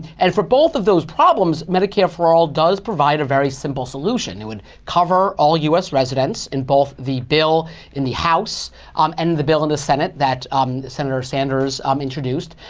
and for both of those problems, medicare for all does provide a very simple solution. it would cover all us residents, in both the bill in the house um and the bill in the senate that um senator sanders um introduced.